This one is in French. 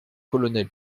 colonel